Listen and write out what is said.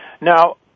now